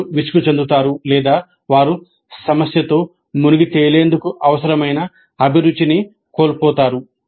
వారు విసుగు చెందుతారు లేదా వారు సమస్యతో మునిగి తేలేందుకు అవసరమైన అభిరుచిని కోల్పోతారు